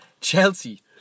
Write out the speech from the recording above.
Chelsea